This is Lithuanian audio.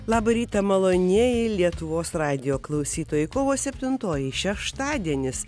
labą rytą malonieji lietuvos radijo klausytojai kovo septintoji šeštadienis